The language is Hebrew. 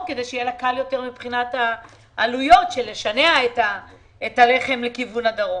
כדי שיהיה לה קל יותר מבחינת העלויות כמו לשנע את הלחם לכיוון הדרום.